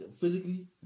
physically